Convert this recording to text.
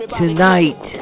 tonight